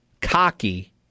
cocky